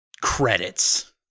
Credits